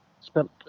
spent